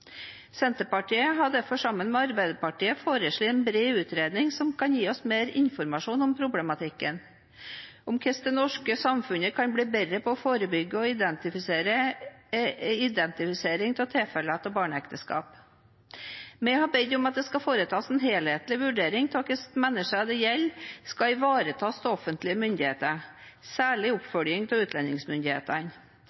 Senterpartiet har derfor, sammen med Arbeiderpartiet, foreslått en bred utredning som kan gi oss mer informasjon om problematikken, om hvordan det norske samfunnet kan bli bedre på forebygging og identifisering av tilfeller av barneekteskap. Vi har bedt om at det skal foretas en helhetlig vurdering av hvordan menneskene det gjelder, skal ivaretas av offentlige myndigheter, særlig